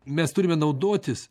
mes turime naudotis